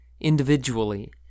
individually